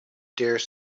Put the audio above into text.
dare